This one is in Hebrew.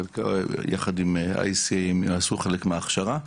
שם הם יעשו חלק מההכשרה.